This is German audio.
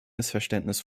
missverständnis